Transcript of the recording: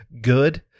good